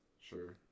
Sure